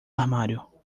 armário